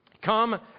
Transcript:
Come